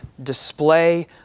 display